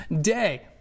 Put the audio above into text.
day